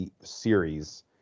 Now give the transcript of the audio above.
series